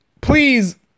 Please